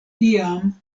tiam